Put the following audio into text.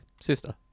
sister